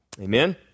Amen